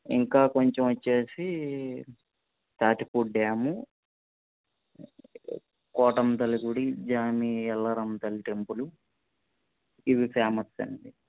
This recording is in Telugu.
ఇంకా కొంచెం వచ్చేసి తాటిపూడి డ్యాము కోటమ్మ తల్లి గుడి జానీ ఎల్లారమ్మ తల్లి టెంపులు ఇవి ఫేమస్ అండి